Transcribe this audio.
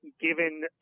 given